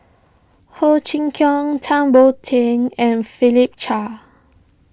Ho Chee Kong Tan Boon Teik and Philip Chia